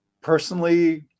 personally